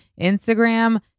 Instagram